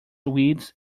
weeds